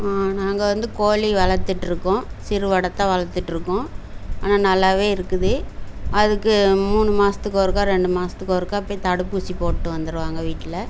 நாங்கள் வந்து கோழி வளர்த்துட்ருக்கோம் சிறு வடத்தா வளர்த்துட்ருக்கோம் ஆனால் நல்லாவே இருக்குது அதுக்கு மூணு மாதத்துக்கு ஒருக்கா ரெண்டு மாதத்துக்கு ஒருக்கா போய் தடுப்பூசி போட்டு வந்திருவாங்க வீட்டில்